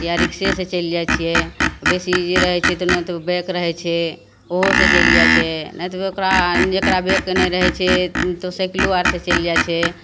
या रिक्शेसे चलि जाइ छिए बेसी जे रहै छै तऽ ओहिमे तऽ बाइक रहै छै ओहोसे चलि जाइ छिए नहि तऽ ओकरा जकरा बाइक नहि रहै छै ओ तऽ साइकिलो आओरसे चलि जाइ छै